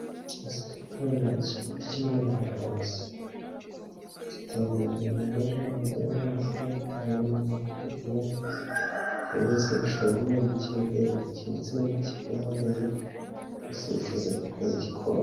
Basiketiboru ni umukino ukinwa n'abantu bose hatitawe ngo uyu ni umugore, umugabo, abasore, abakobwa, bose bashobora guhurira mu kibuga bagakina ndetse n'amakipe ahanganye, abasifuzi batwara igikombe.